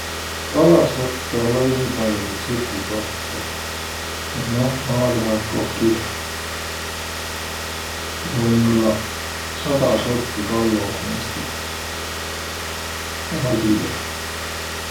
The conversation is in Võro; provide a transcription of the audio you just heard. Kalasotõ olõ-õi nii pall'o ku tsirgusortõ. Et noh, ma arva, et kohki sada sorti kallo om Eestih, a ma ei tiiäq.